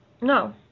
No